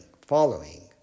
following